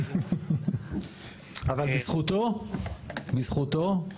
אבל בזכותו יש